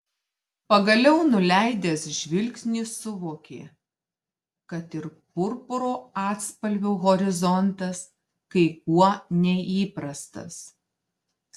pagaliau nuleidęs žvilgsnį suvokė kad ir purpuro atspalvio horizontas kai kuo neįprastas